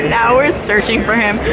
now ere searching for him,